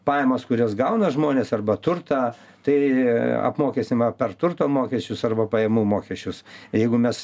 pajamas kurias gauna žmonės arba turtą tai apmokestinima per turto mokesčius arba pajamų mokesčius jeigu mes